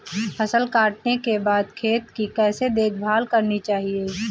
फसल काटने के बाद खेत की कैसे देखभाल करनी चाहिए?